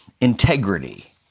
integrity